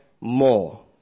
more